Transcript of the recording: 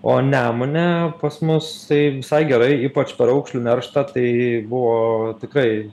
o nemune pas mus tai visai gerai ypač per aukšlių nerštą tai buvo tikrai